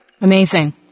Amazing